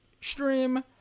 stream